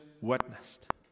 witnessed